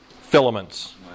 filaments